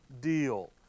deal